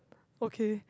okay